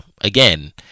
again